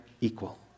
equal